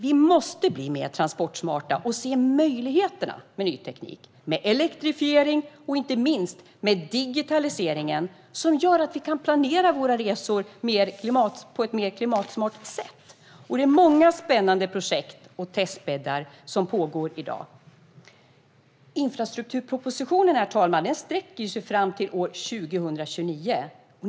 Vi måste bli mer transportsmarta och se möjligheterna med ny teknik, med elektrifieringen och inte minst med digitaliseringen som gör att vi kan planera våra resor på ett mer klimatsmart sätt. Det är många spännande projekt och testbäddar som pågår i dag. Infrastrukturpropositionen sträcker sig fram till år 2029.